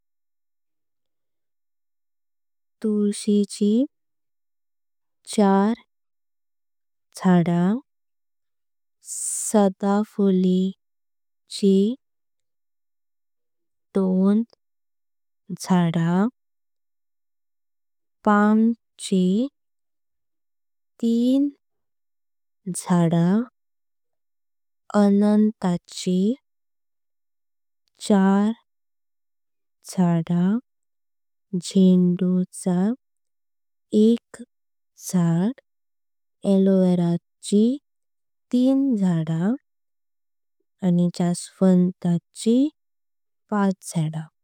तुलसी ची चार झाडा। सदाफूली ची दोन झाडा। पाम ची तीन झाडा। अनंत ची चार झाडा। जेन्दु चा एक झाड। एलोवेरा ची तीन झाडा। जासवंती ची पाच झाडा।